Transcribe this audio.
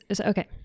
okay